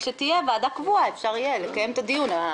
כשתהיה ועדה קבועה, אפשר יהיה לקיים את הדיון.